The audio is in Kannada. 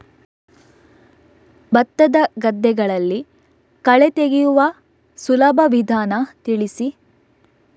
ಭತ್ತದ ಗದ್ದೆಗಳಲ್ಲಿ ಕಳೆ ತೆಗೆಯುವ ಸುಲಭ ವಿಧಾನ ತಿಳಿಸಿ?